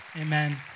Amen